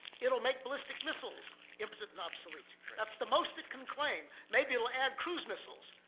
it'll make ballistic missiles impotent and obsolete. that's the most it can claim. maybe it'll add cruise missiles.